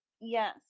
yes